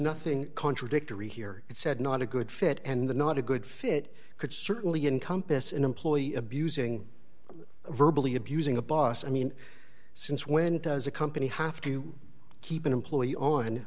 nothing contradictory here it said not a good fit and the not a good fit could certainly in compass an employee abusing verbal be abusing a boss i mean since when does a company have to keep an employee on